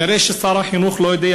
כנראה שר החינוך לא יודע